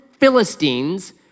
Philistines